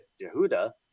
Jehuda